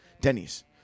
Denny's